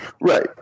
Right